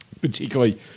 particularly